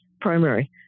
primary